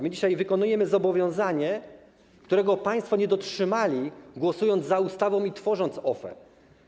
My dzisiaj wykonujemy zobowiązanie, którego państwo nie dotrzymali, głosując za ustawą i tworząc OFE.